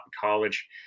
college